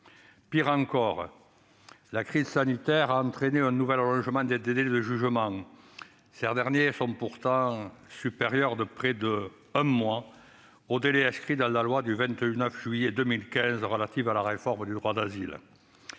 Pis encore, la crise sanitaire a entraîné un nouvel allongement des délais de jugement, alors que ces derniers sont déjà supérieurs de près d'un mois aux délais inscrits dans la loi du 29 juillet 2015 relative à la réforme du droit d'asile.